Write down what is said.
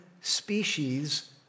species